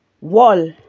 wall